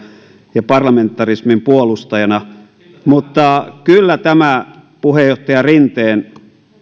ja parlamentarismin puolustajana mutta kyllä tämä puheenjohtaja rinteen